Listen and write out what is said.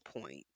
point